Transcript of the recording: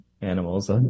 animals